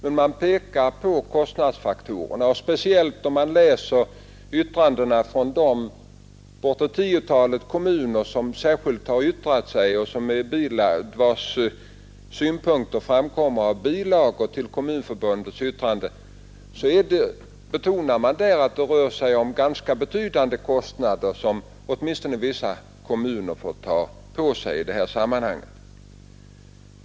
Men man pekar på kostnadsfaktorerna, och speciellt när man läser yttrandena från de bortåt tiotalet kommuner vilkas synpunkter framgår av bilagor till Kommunförbundets yttrande visar det sig att man där betonar att det rör sig om ganska betydande kostnader som vissa kommuner här får ta på sig.